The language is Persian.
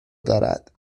دارد